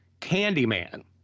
Candyman